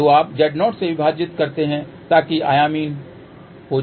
तो आप Z0 से विभाजित करते हैं ताकि आयामहीन हो जाएं